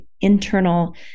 internal